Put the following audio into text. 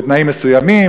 בתנאים מסוימים,